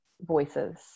voices